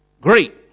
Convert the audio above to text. great